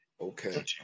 Okay